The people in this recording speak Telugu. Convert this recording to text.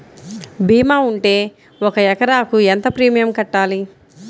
భీమా ఉంటే ఒక ఎకరాకు ఎంత ప్రీమియం కట్టాలి?